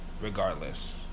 regardless